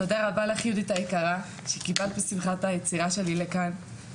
תודה לך יהודית היקרה שקיבלת בשמחה את היצירה שלי לכאן,